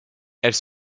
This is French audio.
elles